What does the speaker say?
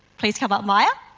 please come up, maya.